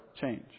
change